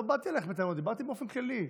אבל לא באתי אלייך בטענות, דיברתי באופן כללי.